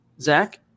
Zach